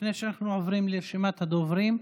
לפני שאנחנו עוברים לרשימת הדוברים,